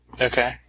Okay